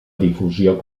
difusió